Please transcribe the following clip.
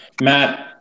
Matt